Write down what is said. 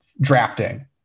drafting